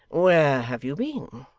where have you been?